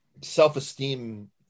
self-esteem